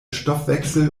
stoffwechsel